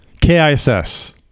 K-I-S-S